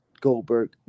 Goldberg